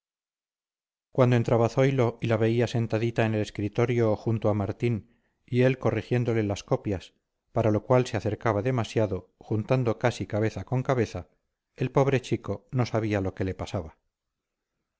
cuando entraba zoilo y la veía sentadita en el escritorio junto a martín y él corrigiéndole las copias para lo cual se acercaba demasiado juntando casi cabeza con cabeza el pobre chico no sabía lo que le pasaba